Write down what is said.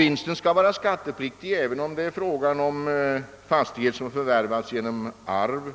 Vinsten skall vara skattepliktig, även om det är fråga om fastighet som förvärvats genom arv,